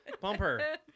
bumper